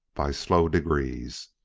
by slow degrees.